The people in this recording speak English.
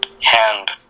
hand